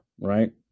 right